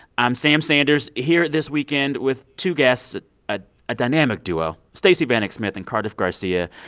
i'm sam sanders, here this weekend with two guests a ah ah dynamic duo stacey vanek smith and cardiff garcia,